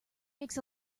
makes